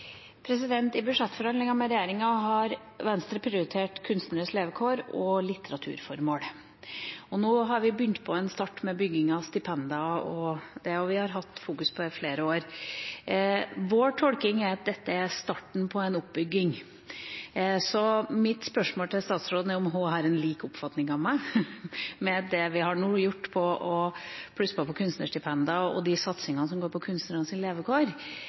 svarreplikk. I budsjettforhandlingene med regjeringa har Venstre prioritert kunstneres levekår og litteraturformål, og nå har vi startet med bygging av stipender – vi har hatt fokus på dette i flere år. Vår tolkning er at dette er starten på en oppbygging. Så mitt spørsmål til statsråden er om hun har samme oppfatning som meg med hensyn til det vi nå har gjort med å plusse på kunstnerstipender, og at de satsingene som går på kunstnernes levekår,